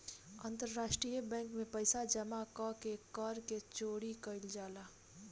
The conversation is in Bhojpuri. अंतरराष्ट्रीय बैंक में पइसा जामा क के कर के चोरी कईल जाला